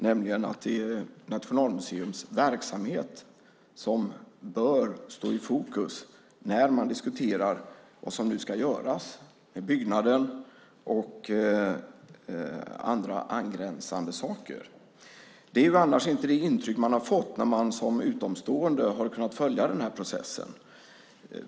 Det är att Nationalmuseums verksamhet bör stå i fokus när man nu diskuterar vad som ska göras med byggnaden och andra angränsande saker. Det är annars inte det intryck man fått när man som utomstående har kunnat följa processen.